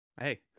Hey